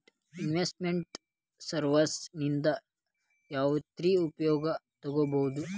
Invest made services ನಿಂದಾ ಯಾವ್ರೇತಿ ಉಪಯೊಗ ತಗೊಬೊದು?